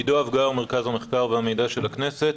מרכז המחקר והמידע של הכנסת.